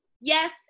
Yes